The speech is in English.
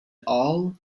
all